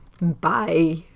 Bye